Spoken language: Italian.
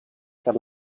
per